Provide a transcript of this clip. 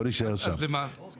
נשאיר את זה שם.